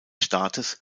staates